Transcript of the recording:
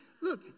Look